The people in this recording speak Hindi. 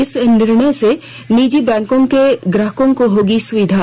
इस निर्णय से निजी बैंकों के ग्राहकों को होगी सुविधा